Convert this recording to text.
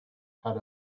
had